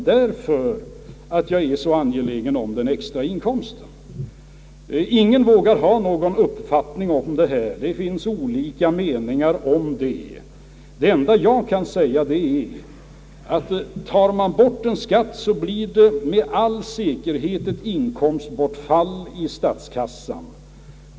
Det finns olika meningar i denna fråga, ingen vågar hävda en bestämd uppfattning. Det enda jag kan säga är att om man sänker en skatt blir det med all säkerhet ett inkomstbortfall i statskassan.